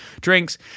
drinks